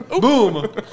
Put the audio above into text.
Boom